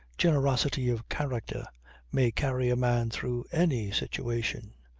generosity of character may carry a man through any situation.